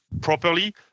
properly